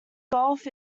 gulf